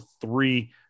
three